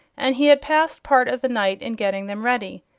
and he had passed part of the night in getting them ready.